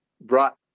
brought